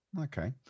Okay